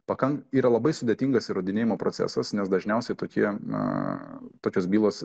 pakan yra labai sudėtingas įrodinėjimo procesas nes dažniausiai tokie a tokios bylos